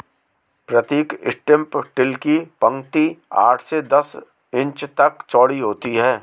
प्रतीक strip till की पंक्ति आठ से दस इंच तक चौड़ी होती है